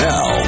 Now